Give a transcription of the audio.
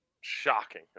Shocking